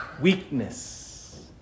Weakness